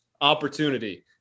opportunity